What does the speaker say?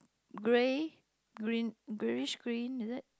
grey green greyish green like that